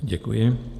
Děkuji.